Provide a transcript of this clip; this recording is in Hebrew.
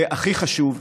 והכי חשוב,